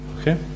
Okay